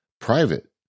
private